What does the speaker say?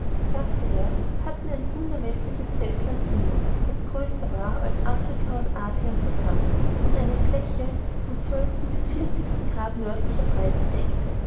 sagte er hatten ein unermeßliches festland inne das größer war als afrika und asien zusammen und eine fläche vom zwölften bis vierzigsten grad nördlicher breite deckte